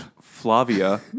Flavia